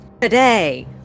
today